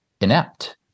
inept